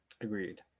Agreed